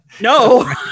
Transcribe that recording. no